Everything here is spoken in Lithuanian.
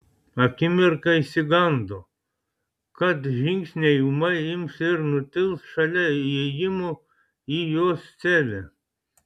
akimirką išsigando kad žingsniai ūmai ims ir nutils šalia įėjimo į jos celę